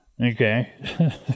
okay